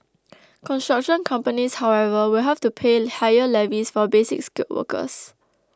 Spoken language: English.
construction companies however will have to pay higher levies for Basic Skilled workers